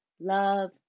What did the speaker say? love